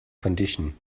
condition